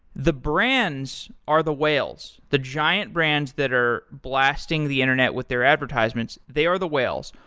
the brands are the whales. the giant brands that are blasting the internet with their advertisements, they are the whales.